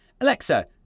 Alexa